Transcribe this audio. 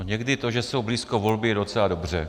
Někdy to, že jsou blízko volby, je docela dobře.